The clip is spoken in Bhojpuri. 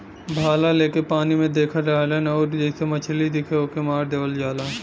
भाला लेके पानी में देखत रहलन आउर जइसे मछरी दिखे ओके मार देवल जाला